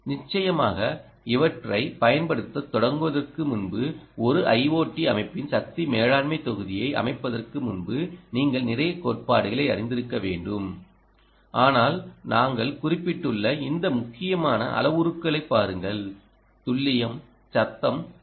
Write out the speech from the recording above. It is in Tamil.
நிச்சயமாக இவற்றைப் பயன்படுத்தத் தொடங்குவதற்கு முன்பு ஒரு ஐஓடி அமைப்பின் சக்தி மேலாண்மைத் தொகுதியை அமைப்பதற்கு முன்பு நீங்கள் நிறைய கோட்பாடுகளை அறிந்திருக்க வேண்டும் ஆனால் நான் குறிப்பிட்டுள்ள இந்த முக்கியமான அளவுருக்களைப் பாருங்கள் துல்லியம் சத்தம் பி